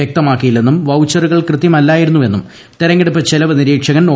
വ്യക്തമാക്കിയില്ലെന്നും വൌച്ചറുകൾ കൃത്യമല്ലായിരുന്നുവെന്നും തെരഞ്ഞെടുപ്പ് ചെലവ് നിർീക്ഷ്കൻ ഒ